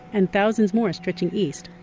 and thousands more stretching east,